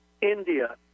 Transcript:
India